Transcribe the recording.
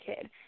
kid